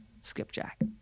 skipjack